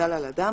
שהוטל על אדם,